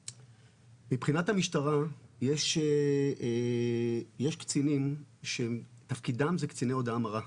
מבחינת המשטרה יש קצינים שתפקידים הוא קציני הודעה מרה,